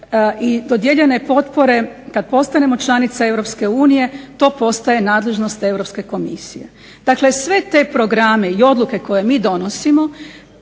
i dodijeljene potpore kad postanemo članica EU to postaje nadležnost Europske komisije. Dakle, sve te programe i odluke koje mi donosimo